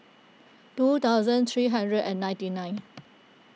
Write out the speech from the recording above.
two thousand three hundred and ninety nine